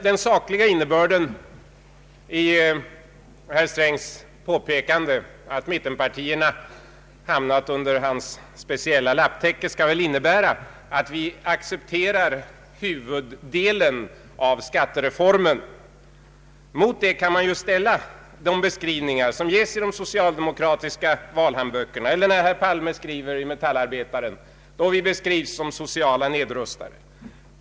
Den sakliga innebörden i herr Strängs påpekande att mittenpartierna hamnat under hans speciella lapptäcke skall väl vara att vi accepterar huvuddelen i skattereformen. Mot det kan man ställa de beskrivningar som ges i de social demokratiska valhandböckerna = eller vad herr Palme skriver i Metallarbetaren —-— då beskrivs vi som sociala nedrustare.